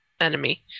enemy